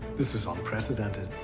this was ah unprecedented.